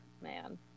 man